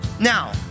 Now